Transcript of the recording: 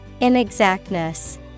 Inexactness